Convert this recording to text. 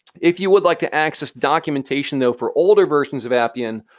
if you would like to access documentation, though, for older versions of appian,